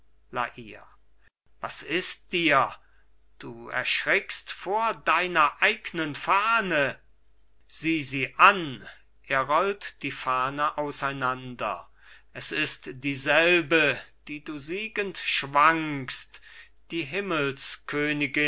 was ist dir du erschrickst vor deiner eignen fahne sieh sie an er rollt die fahne auseinander es ist dieselbe die du siegend schwangst die